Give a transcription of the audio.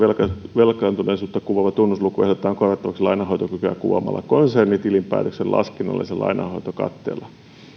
velkaantuneisuutta kuvaava tunnusluku ehdotetaan korvattavaksi lainanhoitokykyä kuvaavalla konsernitilinpäätöksen laskennallisella lainanhoitokatteella